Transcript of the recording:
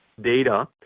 data